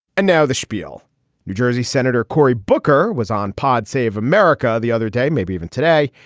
and now the schpiel new jersey senator cory booker was on pod's save america. the other day, maybe even today,